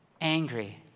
angry